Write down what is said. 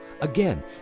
Again